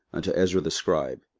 unto ezra the scribe,